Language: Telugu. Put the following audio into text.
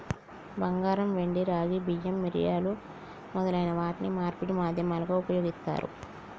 బంగారం, వెండి, రాగి, బియ్యం, మిరియాలు మొదలైన వాటిని మార్పిడి మాధ్యమాలుగా ఉపయోగిత్తారు